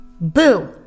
Boo